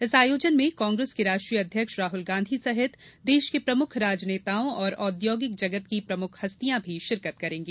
इस आयोजन में कांग्रेस के राष्ट्रीय अध्यक्ष राहुल गांधी सहित देश र्क प्रमुख राजनेताओं और औद्योगिक जगत की प्रमुख हस्तियां भी शिरकत करेंगी